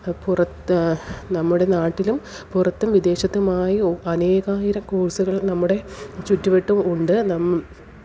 പുറത്ത് നമ്മുടെ നാട്ടിലും പുറത്തും വിദേശത്തുമായി അനേകായിരം കോഴ്സ്കള് നമ്മുടെ ചുറ്റുവട്ടവും ഉണ്ട്